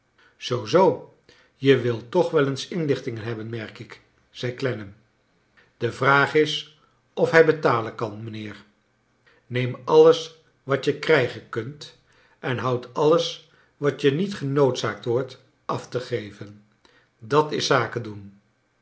zoo je wilt toch wel eens inlichtingen hebben merk ik zei clennam de vraag is of hij betalen kan mijnheer neem alles wat je krijgen kunt en houd alles wat je niet genoodzaakt wordt af te geven dat is zaken doen